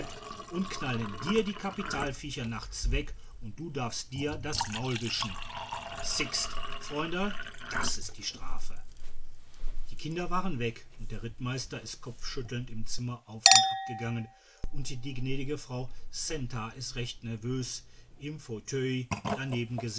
und knallen dir die kapitalviecher nachts weg und du darfst dir das maul wischen sixt freunderl das ist die strafe die kinder waren weg und der rittmeister ist kopfschüttelnd im zimmer auf und ab gegangen und die gnädige frau centa ist recht nervös im fauteuil daneben